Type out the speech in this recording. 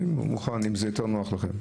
אני מוכן אם זה יותר נוח לכם.